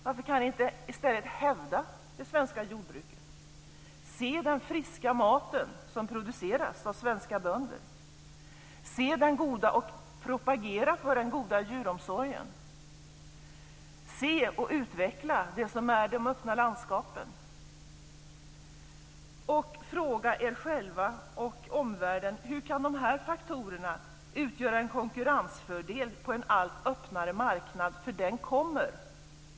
Varför kan ni inte i stället hävda det svenska jordbruket, se den friska maten som produceras av svenska bönder, se och propagera för den goda djuromsorgen, se och utveckla de öppna landskapen och fråga er själva och omvärlden hur dessa faktorer kan utgöra en konkurrensfördel på en allt öppnare marknad?